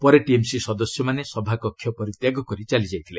ପରେ ଟିଏମ୍ସି ସଦସ୍ୟମାନେ ସଭାକକ୍ଷ ପରିତ୍ୟାଗ କରି ଚାଲିଯାଇଥିଲେ